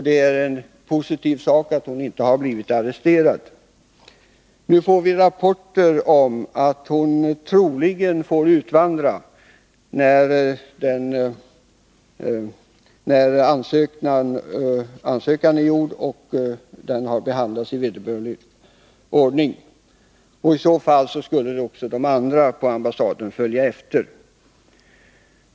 Det är en positiv sak att hon inte har blivit arresterad. Nu får vi rapport om att hon troligen får utvandra när ansökan är gjord och har behandlats i vederbörlig ordning. I så fall skulle också de andra på ambassaden följa efter.